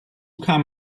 kam